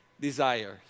desires